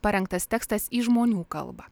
parengtas tekstas į žmonių kalbą